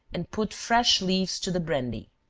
and put fresh leaves to the brandy.